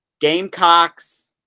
Gamecocks